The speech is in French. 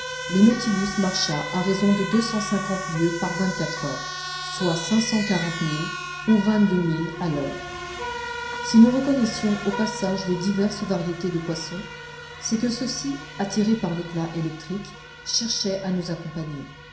le nautilus marcha à raison de deux cent cinquante lieues par vingt-quatre heures soit cinq cent quarante milles ou vingt-deux milles à l'heure si nous reconnaissions au passage les diverses variétés de poissons c'est que ceux-ci attirés par l'éclat électrique cherchaient à nous accompagner